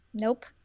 Nope